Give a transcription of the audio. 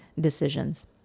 decisions